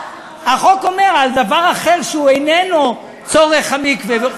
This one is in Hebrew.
החוק אומר על דבר אחר שהוא איננו צורך המקווה.